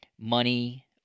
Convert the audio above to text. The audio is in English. money